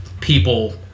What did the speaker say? People